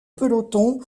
peloton